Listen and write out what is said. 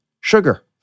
Sugar